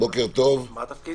בוקר טוב לכולם,